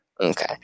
Okay